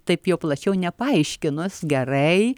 taip jau plačiau nepaaiškinus gerai